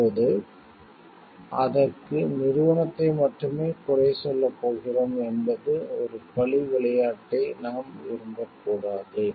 இப்போது அதற்கு நிறுவனத்தை மட்டுமே குறை சொல்லப் போகிறோம் என்பது ஒரு பழி விளையாட்டை நாம் விரும்பக்கூடாது